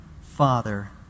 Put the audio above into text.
Father